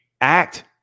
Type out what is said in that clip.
act